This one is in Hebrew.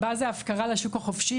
הבא זה הפקרה לשוק החופשי,